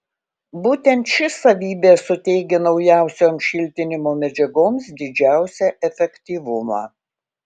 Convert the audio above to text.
būtent ši savybė suteikia naujausioms šiltinimo medžiagoms didžiausią efektyvumą